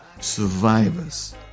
survivors